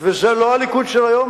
וזה לא הליכוד של היום,